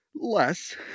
Less